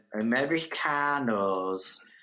Americanos